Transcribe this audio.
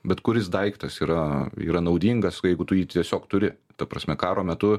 bet kuris daiktas yra yra naudingas jeigu tu jį tiesiog turi ta prasme karo metu